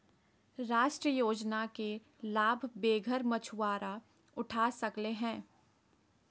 राष्ट्रीय योजना के लाभ बेघर मछुवारा उठा सकले हें